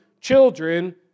children